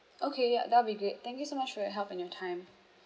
okay ya that will be great thank you so much for your help and your time